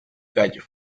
gallo